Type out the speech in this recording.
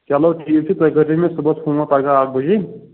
چلو ٹھیٖک چھُ تُہۍ کٔرۍزیٚو مےٚ صُبحَس فون پگاہ اَکھ بَجے